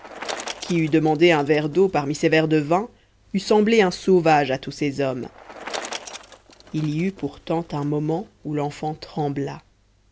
qui eût demandé un verre d'eau parmi ces verres de vin eût semblé un sauvage à tous ces hommes il y eut pourtant un moment où l'enfant trembla